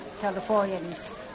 Californians